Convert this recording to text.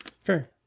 Fair